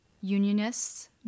Unionists